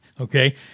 okay